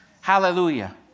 Hallelujah